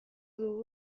dugu